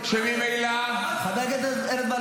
-- שממילא -- נגד החרדים.